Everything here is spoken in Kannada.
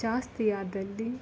ಜಾಸ್ತಿಯಾದಲ್ಲಿ